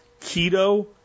keto